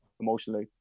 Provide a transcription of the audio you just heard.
emotionally